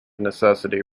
necessity